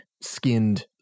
skinned